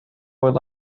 would